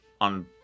on